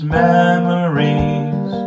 memories